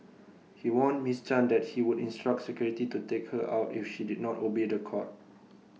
he warned miss chan that he would instruct security to take her out if she did not obey The Court